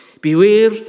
Beware